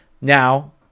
Now